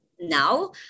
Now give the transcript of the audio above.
now